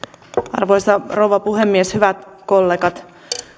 arvoisa rouva puhemies hyvät kollegat